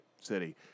city